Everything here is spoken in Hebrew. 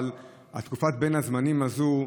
אבל תקופת בין הזמנים הזאת,